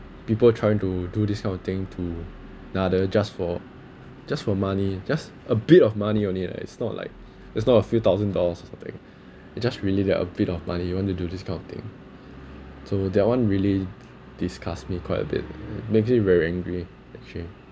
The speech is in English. people trying to do this kind of thing to another just for just for money just a bit of money only lah it's not like it's not a few thousand dollars or something it just really that a bit of money you want to do this kind of thing so that one really disgust me quite a bit makes me very angry actually